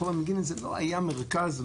רחוב המ"ג זה לא היה מרכז האירוע,